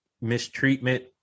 mistreatment